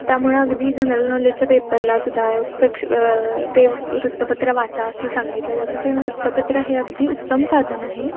त्यामुळं अगदी जनरल नॉलेजच्या पेपरला सुद्धा पेक्ष ते वृत्तपत्र वाचा असं सांगितलं जातं कारण वृत्तपत्र हे अगदी उत्तम साधन आहे